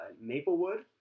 Maplewood